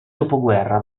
dopoguerra